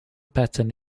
pattern